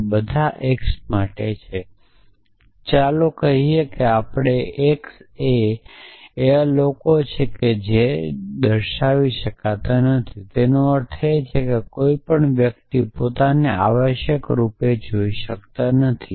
તે બધા X માટે કહે છે ચાલો આપણે ધારીએ કે x એ લોકો છે x એ x જોઈ શકતા નથી જેનો અર્થ થાય છે કે કોઈ વ્યક્તિ પોતાને આવશ્યક રૂપે જોઈ શકતો નથી